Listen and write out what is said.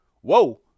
whoa